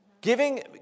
Giving